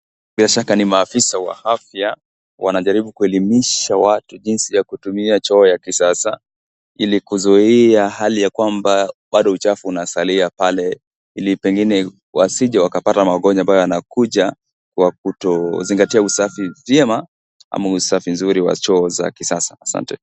Bila Shaka ni maafisa wa afya, wanajaribu kuelimisha watu jinsi ya kutumia choo yaa kisasa Ili kuzuia hali ya kwamba Bado uchafu unasalia pale ili pengine wasije wakapata magonjwa ambayo yanakuja kwa kutozingatia usafi vyema au usafi nzuri wa choo za kisasa. Asante